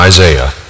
Isaiah